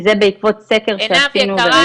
זה בעקבות סקר שעשינו --- עינב,